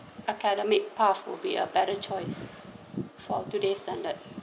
academic path would be a better choice for today's standard